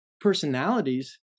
personalities